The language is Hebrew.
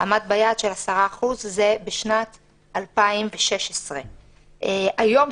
עמד ביעד של 10% הייתה בשנת 2016. היום,